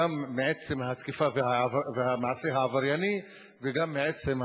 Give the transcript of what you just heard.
גם עצם התקיפה והמעשה העברייני וגם מעצם,